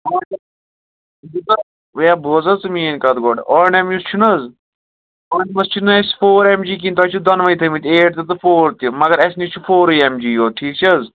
ہے بوز حظ ژٕ میٛٲنۍ کَتھ گۄڈٕ اونٛڈَم یُس چھُنہٕ حظ اونٛڈمَس چھِنہٕ اَسہِ فور ایٚم جی کِہیٖنۍ تۄہہِ چھُو دۄنوٕے تھٲومٕتۍ ایٚٹ تہٕ تہِ فور تہِ مگر اَسہِ نِش چھِ فورٕے ایٚم جی یوٚت ٹھیٖک چھِ حظ